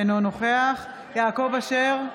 אינו נוכח יעקב אשר,